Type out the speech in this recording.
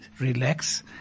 relax